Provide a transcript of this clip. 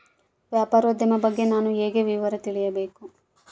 ವ್ಯಾಪಾರೋದ್ಯಮ ಬಗ್ಗೆ ನಾನು ಹೇಗೆ ವಿವರ ತಿಳಿಯಬೇಕು?